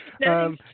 No